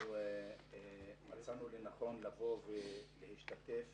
מצאנו לנכון לבוא ולהשתתף